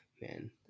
man